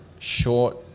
short